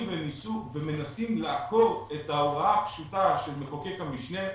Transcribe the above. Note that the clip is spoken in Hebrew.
ומנסים לעקור את ההוראה הפשוטה של מחוקק המשנה,